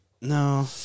No